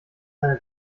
seine